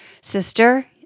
Sister